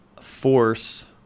force